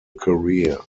career